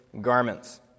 garments